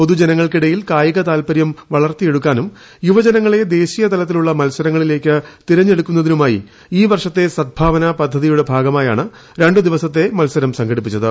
പൊതു ജനങ്ങൾക്കിടയിൽ കായിക താൽപര്യം വളർത്തെയെടുക്കാനും യുവജനങ്ങളെ ദേശീയ തലത്തിലുള്ള മത്സരങ്ങളിലേക്ക് തെരഞ്ഞെടുക്കുന്നതിനുമായി ഈ വർഷത്തെ സദ്ഭാവന പദ്ധതിയുടെ ഭാഗമായാണ് രണ്ടു ദിവസത്തെ മത്സരം സംഘടിപ്പിച്ചത്